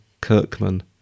Kirkman